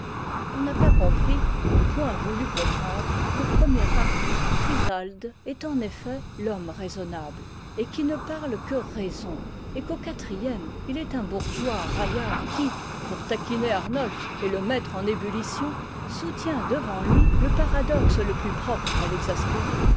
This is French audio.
on n'a pas compris ou point voulu comprendre qu'au premier acte chrysalde est en effet l'homme raisonnable et qui ne parle que raison et qu'au quatrième il est un bourgeois raillard qui pour taquiner arnolphe et le mettre en ébullition soutient devant lui le paradoxe le plus propre à l'exaspérer